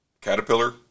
Caterpillar